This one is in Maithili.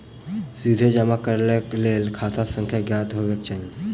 सीधे जमा करैक लेल खाता संख्या ज्ञात हेबाक चाही